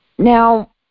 Now